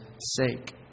sake